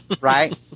Right